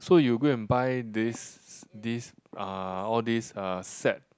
so you go and buy this this uh all this uh set